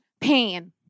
pain